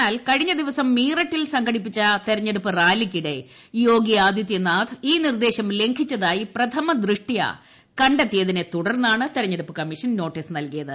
എന്നാൽ കഴിഞ്ഞദിവസം മീററ്റിൽ സംഘടിപ്പിച്ച തെരഞ്ഞെടുപ്പ് റാലിക്കിടെ യോഗി ആദിത്യനാഥ് ഈ നിർദ്ദേശം ലംഘിച്ചതായി പ്രഥമ ദൃഷ്ട്യാ കണ്ടെത്തിയതിനെ തുടർന്നാണ് തെരഞ്ഞെടുപ്പ് കമ്മീഷൻ നോട്ടീസ് നൽകിയത്